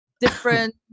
different